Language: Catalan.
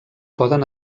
poden